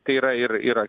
tai yra ir ir